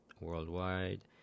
worldwide